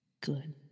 Good